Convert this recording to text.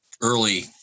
early